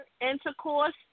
intercourse